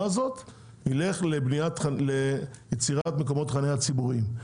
הזאת ילך ליצירת מקומות חנייה ציבוריים.